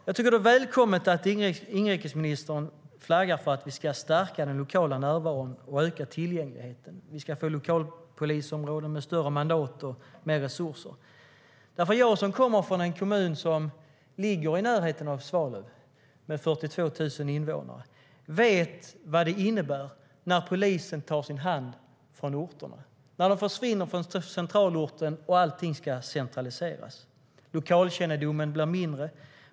Jag tycker att det är välkommet att inrikesministern flaggar för att vi ska stärka den lokala närvaron och öka tillgängligheten. Vi ska få lokalpolisområden med större mandat och mer resurser. Jag som kommer från en kommun som ligger i närheten av Svalöv och som har 42 000 invånare vet vad det innebär när polisen tar sin hand från orterna, när den försvinner från centralorten och allting ska centraliseras. Lokalkännedomen blir mindre.